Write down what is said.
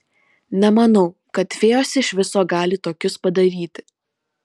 nemanau kad fėjos iš viso gali tokius padaryti